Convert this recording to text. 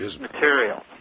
material